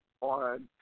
on –